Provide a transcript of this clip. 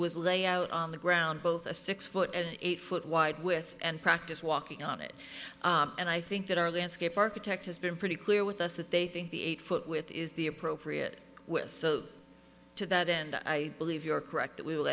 was lay out on the ground both a six foot and eight foot wide with and practice walking on it and i think that our landscape architect has been pretty clear with us that they think the eight foot with is the appropriate with so to that end i believe you are correct that we will